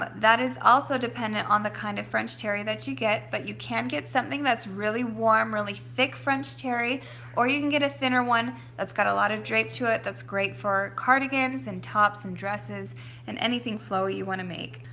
but that is also dependent on the kind of french terry that you get. but you can get something that's really warm, really thick french terry or you can get a thinner one that's got a lot of drape to it that's great for cardigans and tops and dresses and anything flowy you want to make.